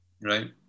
right